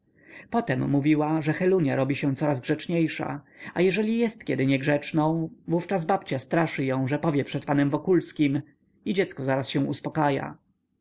potem mówiła że helunia robi się coraz grzeczniejsza a jeżeli jest kiedy niegrzeczną wówczas babcia straszy ją że powie przed panem wokulskim i dziecko zaraz się uspakaja